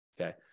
okay